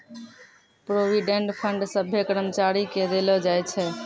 provident fund सभ्भे कर्मचारी के देलो जाय छै